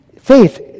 Faith